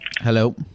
Hello